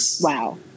Wow